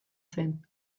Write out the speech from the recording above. zen